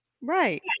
right